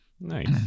Nice